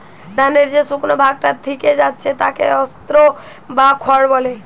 ধানের যে শুকনো ভাগটা থিকে যাচ্ছে তাকে স্ত্রও বা খড় বলে